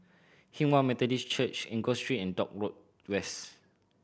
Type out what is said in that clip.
Hinghwa Methodist Church Enggor Street and Dock Road West